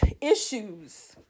issues